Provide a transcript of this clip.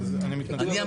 אז אני מתנצל.